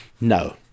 No